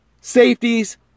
safeties